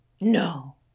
No